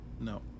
no